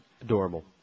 Adorable